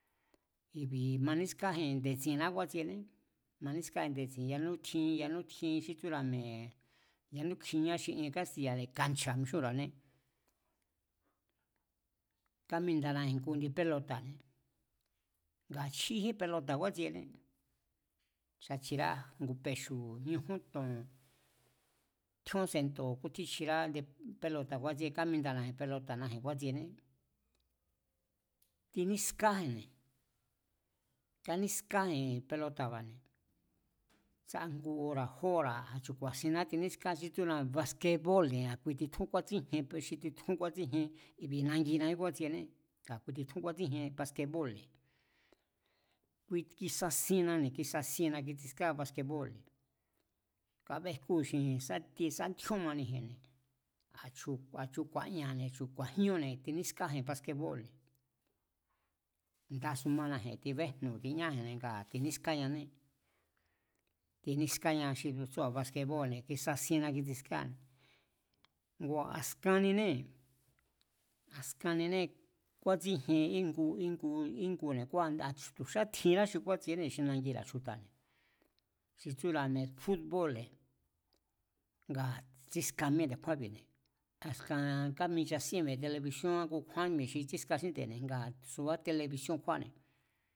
I̱bi̱ maníská̱ji̱n nde̱tsi̱nján kjúátsiene. Manískáji̱n nde̱tsi̱n yanú tjin, yanú tjin xí tsúra̱ mi̱e̱ yanú kjiñá xi ien kástiya̱ne̱ kancha̱ mixúnra̱ané. Kámindanaji̱n ngu indi pélota̱ ngaa̱ chjíjín pelota̱ kjúátsiené, a chjirá ngu pexu̱, ñujún to̱n, tjíón sento̱ kútjín chjira ndi pelota̱ kju̱a̱tsíé, kámindanaji̱n pelota̱naji̱n kúátsiené, tinískáji̱nne̱, tinískáji̱n pelota̱ba̱ne̱, sá ngu ora̱ jó ora̱ a̱chu̱ ku̱a̱sinna tinískáa xí tsúra̱ baskebólne̱ a̱ kui titjún kúátsíjien xi titjun kúátsíjien i̱bi̱ nanginabí kúátsiené. Nga kui titjún kúátsíjien baskebóo̱lne̱, kui kisasiennane̱, kisasienna kitsískáa baskebóo̱l, kábéjkúji̱n xingi̱ji̱n sá tie sá tjíón manije̱n a̱ chu̱ ku̱a̱ña̱ne̱ a̱ chu̱ ku̱a̱jñúne̱ tinískáji̱n baskebóo̱l, ndá su mánaji̱n tibéjnu̱ tiñáji̱n ngaa̱ tinískáñané tinískáña xí tsúra̱ baskebóo̱lne̱, kisasienna kitsiskáa, ngua̱ a̱skanninée̱, a̱skanninée̱ kúátsíjien íngu, íngu, íngune̱. Tu̱ xá tjinrá xi kúátsiené xi nangira̱ chju̱ta̱ne̱ xi tsúra̱ mi̱e̱ fút bóo̱lne̱, ngaa̱ tsíska míée̱ nde̱kjúánbi̱ne̱, askan kaminchasíén mi̱e̱ telebisíónján kukjúán mi̱e̱ xi tsíska xínde̱ne̱ nga subá telebisíón kjúáne̱